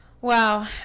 wow